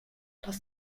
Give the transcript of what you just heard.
das